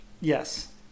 Yes